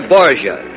Borgia